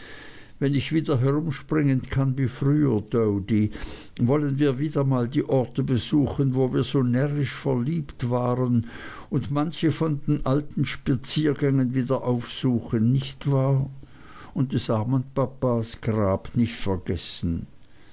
wenn ich wieder herumspringen kann wie früher doady wollen wir wieder einmal die orte besuchen wo wir so närrisch verliebt waren und manche von den alten spaziergängen wieder aufsuchen nicht wahr und des armen papas grab nicht vergessen